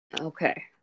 Okay